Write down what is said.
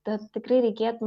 tad tikrai reikėtų